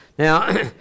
Now